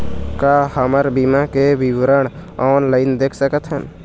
का हमर बीमा के विवरण ऑनलाइन देख सकथन?